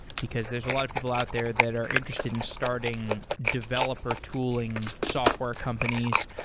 because there's a lot of people out there that are interested in starting developer tooling software companies.